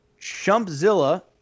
Chumpzilla